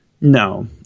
No